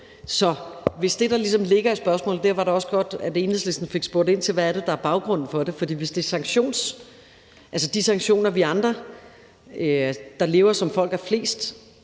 Så hvis det, der ligesom ligger i spørgsmålet – derfor var det også godt, at Enhedslisten fik spurgt ind til, hvad baggrunden for det er – er de sanktioner, vi andre, der lever, som folk er flest,